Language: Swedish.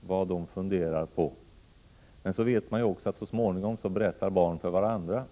Man vet ju att så småningom berättar barn för varandra.